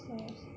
test